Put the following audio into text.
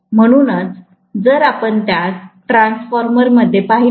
म्हणूनच जर आपण त्यास ट्रान्सफॉर्मर मध्ये पाहिले